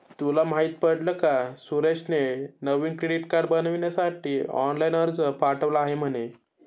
तुला माहित पडल का सुरेशने नवीन क्रेडीट कार्ड बनविण्यासाठी ऑनलाइन अर्ज पाठविला आहे म्हणे